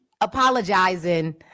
apologizing